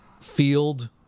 field